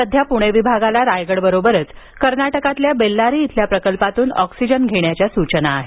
सध्या पुणे विभागाला रायगड बरोबरच कर्नाटकातील बेल्लारी इथल्या प्रकल्पातून ऑक्सिजन घेण्याची सूचना आहे